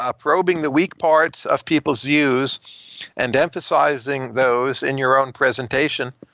um probing the weak parts of people's views and emphasizing those in your own presentation,